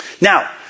Now